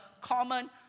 common